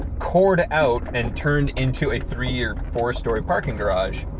cored out and turned into a three or four storey parking garage.